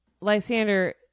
Lysander